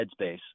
headspace